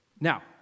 Now